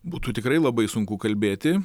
būtų tikrai labai sunku kalbėti